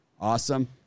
Awesome